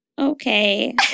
Okay